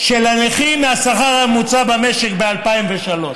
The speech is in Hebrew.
של הנכים מהשכר הממוצע במשק ב-2003.